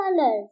colors